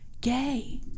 gay